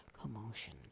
commotion